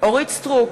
אורית סטרוק,